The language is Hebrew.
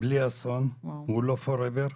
בלי אסון הוא לא forever.